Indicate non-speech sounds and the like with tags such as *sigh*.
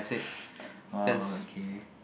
*breath* oh okay